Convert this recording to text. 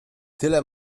tyle